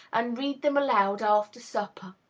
and read them aloud after supper.